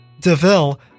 DeVille